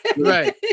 Right